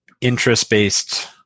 interest-based